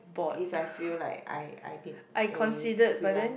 if I feel like I I need a free lunch